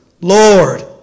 Lord